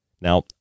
Now